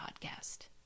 podcast